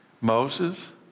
Moses